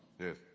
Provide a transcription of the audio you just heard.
Yes